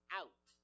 out